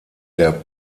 der